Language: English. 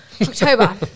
October